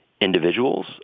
individuals